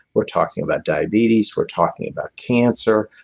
we're talking about diabetes, we're talking about cancer,